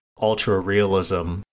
ultra-realism